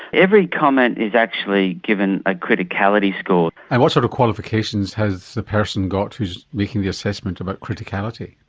every comment is actually given a criticality score. and what sort of qualifications has the person got who's making the assessment about criticality?